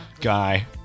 guy